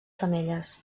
femelles